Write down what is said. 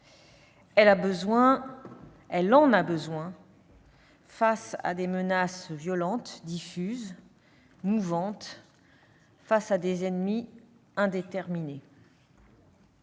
Elle en a besoin face à des menaces violentes, diffuses, mouvantes, face à des ennemis indéterminés.